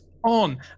on